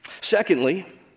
Secondly